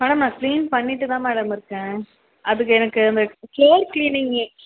madam நான் clean பண்ணிகிட்டு தான் மேடம் இருக்கேன் அதுக்கு எனக்கு அந்த ஃப்ளோர் க்ளீனிங்